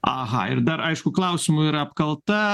aha ir dar aišku klausimų yra apkalta